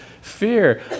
fear